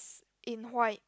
in white